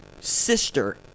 sister